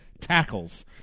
tackles